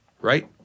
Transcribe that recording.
right